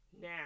Now